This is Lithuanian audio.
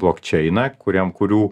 blok čeiną kuriam kurių